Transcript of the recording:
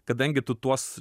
kadangi tu tuos